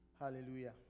Hallelujah